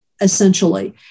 essentially